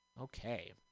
Okay